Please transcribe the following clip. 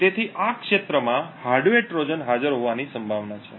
તેથી આ ક્ષેત્રમાં હાર્ડવેર ટ્રોજન હાજર હોવાની સંભાવના છે